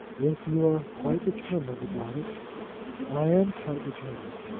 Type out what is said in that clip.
if you are quite determined about it i am quite determined.